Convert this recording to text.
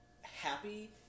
happy